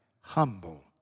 humble